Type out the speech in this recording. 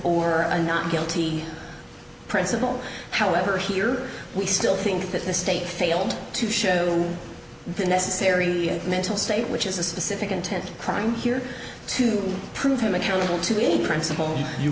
a not guilty principle however here we still think that the state failed to show the necessary mental state which is a specific intent crime here to prove him accountable to a principle you